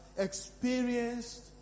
experienced